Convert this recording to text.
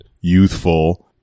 youthful